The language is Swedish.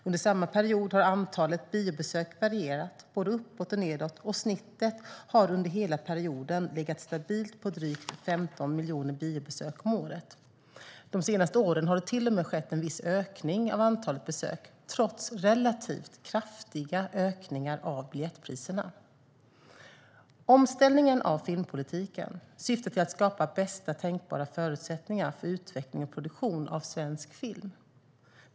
Under samma period har antalet biobesök varierat både uppåt och nedåt, och snittet har under hela perioden legat stabilt på drygt 15 miljoner biobesök om året. De senaste åren har det till och med skett en viss ökning av antalet besök, trots relativt kraftiga ökningar av biljettpriserna. Omställningen av filmpolitiken syftar till att skapa bästa tänkbara förutsättningar för utveckling och produktion av svensk film.